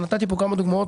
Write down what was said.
ונתתי פה כמה דוגמאות,